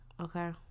Okay